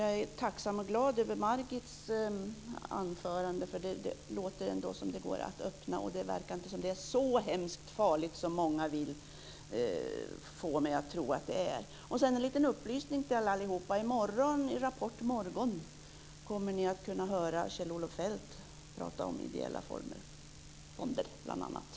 Jag är tacksam och glad över Margit Gennsers anförande, för det lät ändå som om det finns en öppning och det verkar inte vara så hemskt farligt som många vill få mig att tro att det är. Sedan en liten upplysning till allihop. I morgon i Rapport morgon kommer ni att kunna höra Kjell-Olof Feldt tala om bl.a.ideella fonder.